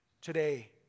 Today